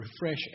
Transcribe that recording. refresh